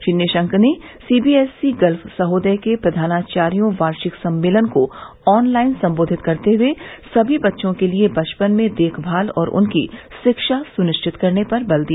श्री निशंक ने C B S E Gulf Sahodaya के प्रधानाचार्यों वार्षिक सम्मेलन को ऑनलाइन संबोधित करते हए समी बच्चों के लिए बचपन में देखभाल और उनकी शिक्षा सुनिश्चित करने पर बल दिया